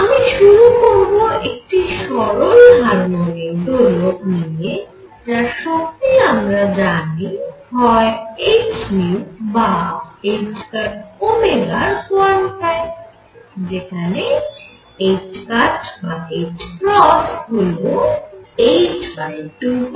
আমি শুরু করব একটি সরল হারমনিক দোলক নিয়ে যার শক্তি আমরা জানি হয় h বাℏω র কোয়ান্টায় যেখানে h ক্রস হল h2π